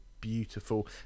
beautiful